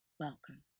Welcome